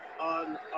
on